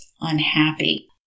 unhappy